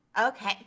Okay